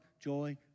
joy